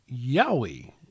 Yowie